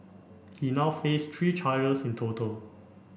he now face three charges in total